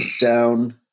down